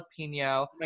jalapeno